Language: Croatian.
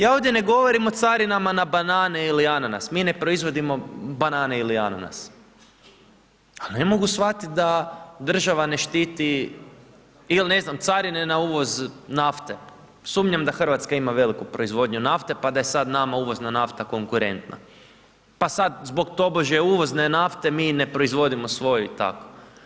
Ja ovdje ne govorim o carinama na banane ili ananas, mi ne proizvodimo banane ili ananas, al ne mogu shvatit da država ne štiti il ne znam, carine na uvoz nafte, sumnjam da RH ima veliku proizvodnju nafte, pa da je sad nama uvozna nafta konkurentna, pa sad zbog tobože uvozne nafte mi ne proizvodimo svoju i tako.